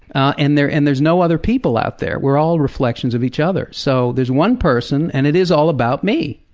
and there and there is no other people out there. we're all reflections of each other, so there is one person, and it is all about me.